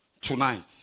Tonight